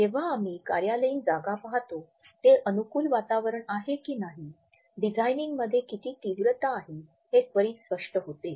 जेव्हा आम्ही कार्यालयीन जागा पाहतो ते अनुकूल वातावरण आहे की नाही डिझायनिंग मध्ये किती तीव्रता आहे हे त्वरित स्पष्ट होते